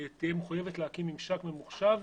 תהיה מחויבת להקים ממשק ממוחשב,